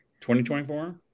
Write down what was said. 2024